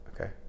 Okay